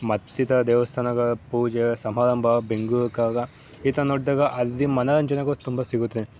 ಮತ್ತಿತರ ದೇವಸ್ಥಾನಗಳ ಪೂಜೆ ಸಮಾರಂಭ ಬೆಂಗ್ಳೂರು ಕರಗ ಈ ಥರ ನೋಡಿದಾಗ ಅಲ್ಲಿ ಮನೋರಂಜನೆಗಳು ತುಂಬ ಸಿಗುತ್ತೆ